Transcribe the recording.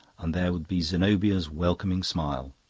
and there would be zenobia's welcoming smile.